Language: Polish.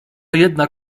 jedna